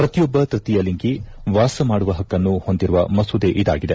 ಪ್ರತಿಯೊಬ್ಬ ತೃತೀಯ ಲಿಂಗಿ ವಾಸಮಾಡುವ ಹಕ್ಕನ್ನು ಹೊಂದಿರುವ ಮಸೂದೆ ಇದಾಗಿದೆ